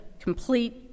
complete